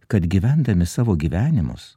kad gyvendami savo gyvenimus